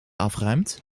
afruimt